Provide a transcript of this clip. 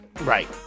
Right